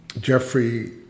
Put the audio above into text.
Jeffrey